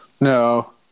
no